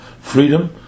freedom